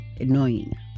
annoying